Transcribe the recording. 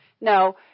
No